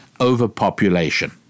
overpopulation